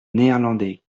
néerlandais